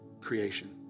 creation